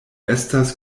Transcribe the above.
estas